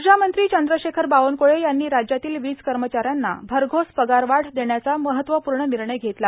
ऊर्जामंत्री चंद्रशेखर बावनक्ळे यांनी राज्यातील वीज कर्मचाऱ्यांना भरघोस पगारवाढ देण्याचा महत्वपूर्ण निर्णय घेतला